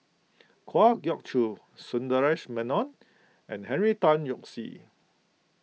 Kwa Geok Choo Sundaresh Menon and Henry Tan Yoke See